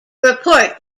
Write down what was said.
report